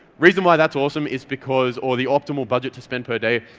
reason why that's awesome is because or the optimal budget to spend per day,